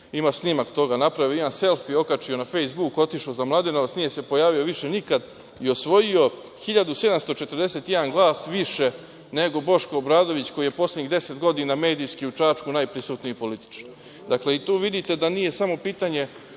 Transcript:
Ima snimak toga, ima selfi. Okačio na "Fejsbuku" i otišao za Mladenovac i nije se pojavio više nikad i osvojio 1.741 glas više nego Boško Obradović, koji je poslednjih deset godina medijski u Čačku najprisutniji političar. Dakle, i tu vidite da nije samo pitanje